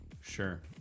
sure